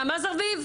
נעמה זרביב,